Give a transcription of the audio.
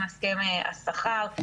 הסכם השכר,